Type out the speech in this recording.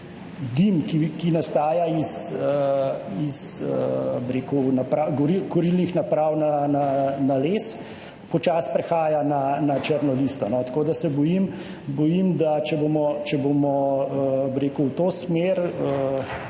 dim, ki nastaja iz kurilnih naprav na les, počasi prehaja na črno listo. Tako da se bojim, da če bomo zelo